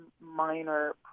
minor